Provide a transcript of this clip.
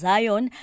Zion